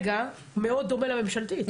מאוד דומה לממשלתית.